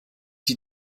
die